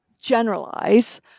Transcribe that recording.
generalize